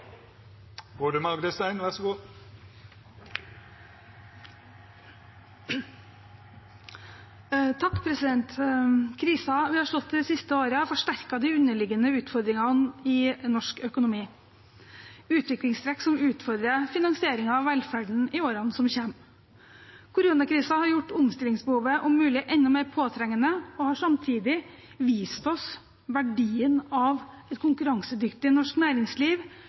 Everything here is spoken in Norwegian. har forsterket de underliggende utfordringene i norsk økonomi, utviklingstrekk som utfordrer finansieringen av velferden i årene som kommer. Koronakrisen har om mulig gjort omstillingsbehovet enda mer påtrengende og har samtidig vist oss verdien av et konkurransedyktig norsk næringsliv,